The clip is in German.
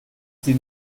die